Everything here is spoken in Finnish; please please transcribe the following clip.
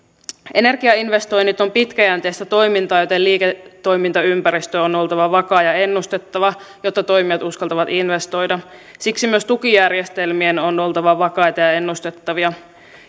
energiainvestoinnit ovat pitkäjänteistä toimintaa joten liiketoimintaympäristön on oltava vakaa ja ennustettava jotta toimijat uskaltavat investoida siksi myös tukijärjestelmien on oltava vakaita ja ennustettavia